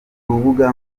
rubuga